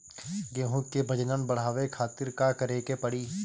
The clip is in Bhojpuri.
गेहूं के प्रजनन बढ़ावे खातिर का करे के पड़ी?